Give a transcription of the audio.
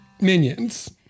Minions